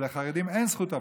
אבל לחרדים אין זכות הפגנה,